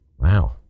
Wow